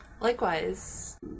Likewise